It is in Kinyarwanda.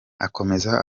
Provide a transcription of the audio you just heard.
akomeza